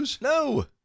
No